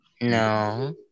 No